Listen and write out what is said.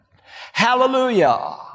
hallelujah